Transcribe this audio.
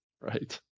Right